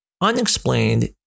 unexplained